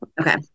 Okay